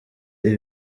ibi